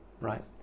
right